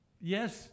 Yes